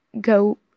go